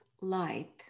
light